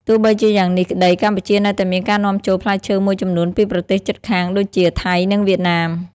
ទោះបីជាយ៉ាងនេះក្តី កម្ពុជានៅតែមានការនាំចូលផ្លែឈើមួយចំនួនពីប្រទេសជិតខាងដូចជា ថៃ និងវៀតណាម។